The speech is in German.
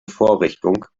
vorrichtung